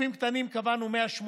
כגופים קטנים קבענו 180 עובדים.